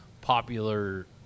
popular